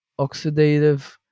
Oxidative